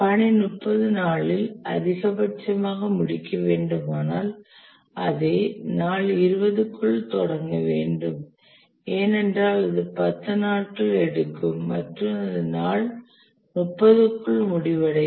பணி 30 நாளில் அதிகபட்சமாக முடிக்க வேண்டுமானால் அதை நாள் 20 க்குள் தொடங்க வேண்டும் ஏனென்றால் அது 10 நாட்கள் எடுக்கும் மற்றும் அது நாள் 30 க்குள் முடிவடையும்